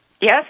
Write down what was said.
Yes